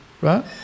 right